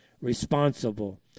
responsible